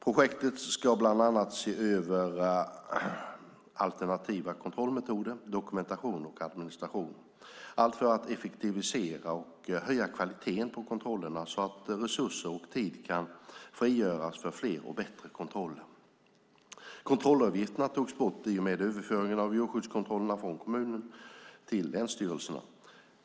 Projektet ska bland annat se över alternativa kontrollmetoder, dokumentation och administration, allt för att effektivisera och höja kvaliteten på kontrollerna så att resurser och tid kan frigöras för fler och bättre kontroller. Kontrollavgifterna togs bort i och med överföringen av djurskyddskontrollerna från kommunen till länsstyrelserna.